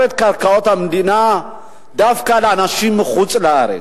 את קרקעות המדינה דווקא לאנשים מחוץ-לארץ.